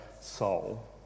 soul